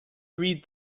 read